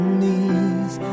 knees